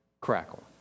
crackle